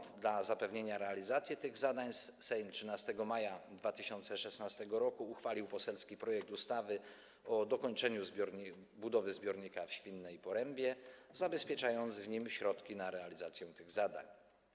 Dlatego dla zapewnienia realizacji tych zadań Sejm 13 maja 2016 r. uchwalił poselski projekt ustawy o dokończeniu budowy zbiornika w Świnnej Porębie, zabezpieczając w nim środki na realizację tych zadań.